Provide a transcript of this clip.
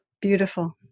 beautiful